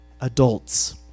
adults